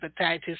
hepatitis